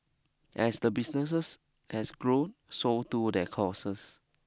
as the businesses has grown so too their costs